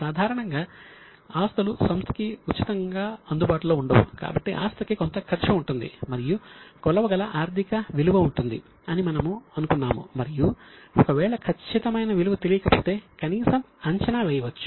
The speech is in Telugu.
సాధారణంగా ఆస్తులు సంస్థకి ఉచితంగా అందుబాటులో ఉండవు కాబట్టి ఆస్తికి కొంత ఖర్చు ఉంటుంది మరియు కొలవగల ఆర్థిక విలువ ఉంటుంది అని మనము అనుకున్నాము మరియు ఒకవేళ ఖచ్చితమైన విలువ తెలియకపోతే కనీసం అంచనా వేయవచ్చు